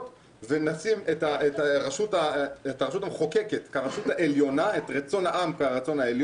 ונשים את הרשות המחוקקת כרשות העליונה,